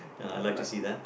and I'll like to see that